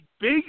big